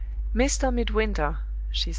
mr. midwinter,